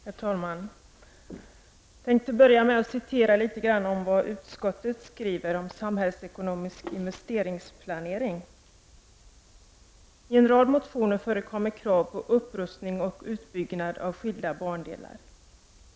Herr talman! Jag skall börja med att citera vad utskottet skriver om samhällsekonomisk investeringsplanering. Så här står det: ”I en rad motioner förekommer krav på upprustning och utbyggnad av skilda bandelar.